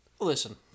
Listen